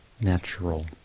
natural